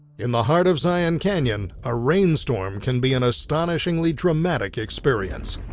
in the heart of zion canyon, a rainstorm can be an astonishingly dramatic experience.